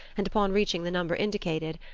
and upon reaching the number indicated,